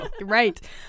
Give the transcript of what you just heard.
Right